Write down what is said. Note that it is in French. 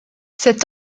cet